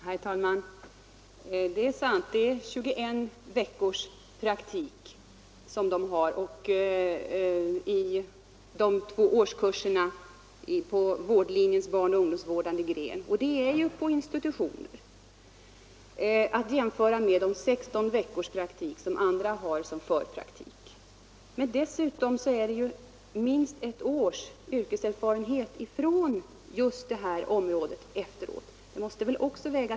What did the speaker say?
Herr talman! Det är sant att 21 veckors praktik ingår i de två årskurserna på vårdlinjens barnaoch ungdomsvårdande gren. Denna praktik fullgörs på institution. Detta skall jämföras med de 16 veckors praktik som föregår den tvååriga förskollärarutbildningen. Men dessutom skall ju gymnasieeleverna ha minst ett års yrkeserfarenhet från detta område efter gymnasieutbildningen. Också detta måste vägas in i sammanhanget.